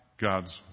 God's